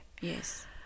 Yes